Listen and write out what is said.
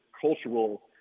cultural